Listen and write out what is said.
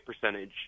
percentage